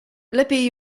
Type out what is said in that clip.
lepiej